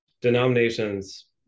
denominations